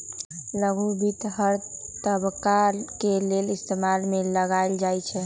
लघु वित्त हर तबका के लेल इस्तेमाल में लाएल जाई छई